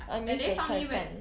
I miss the 菜饭